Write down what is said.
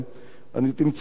תמצאו אותי שם.